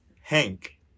Hank